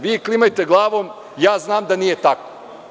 Vi klimajte glavom, ja znam da nije tako.